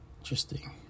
Interesting